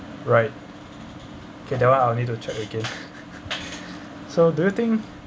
right kay that one I'll need to check again so do you think